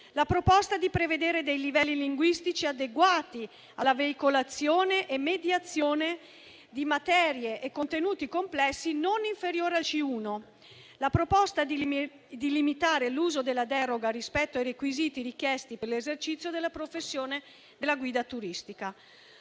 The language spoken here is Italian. la proposta di prevedere livelli linguistici adeguati alla veicolazione e mediazione di materie e contenuti complessi, non inferiori al livello C1; la proposta di limitare l'uso della deroga rispetto ai requisiti richiesti per l'esercizio della professione della guida turistica.